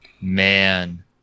Man